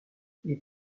les